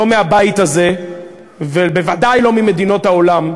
לא מהבית הזה ובוודאי לא ממדינות העולם,